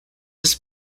was